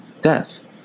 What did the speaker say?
death